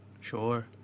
Sure